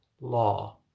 law